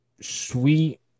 Sweet